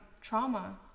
trauma